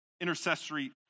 intercessory